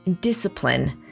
discipline